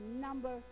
number